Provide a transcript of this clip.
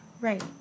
Right